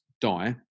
die